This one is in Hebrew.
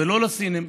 ולא לסינים,